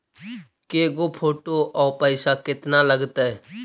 के गो फोटो औ पैसा केतना लगतै?